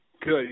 good